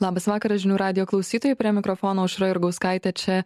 labas vakaras žinių radijo klausytojai prie mikrofono aušra jurgauskaitė čia